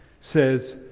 says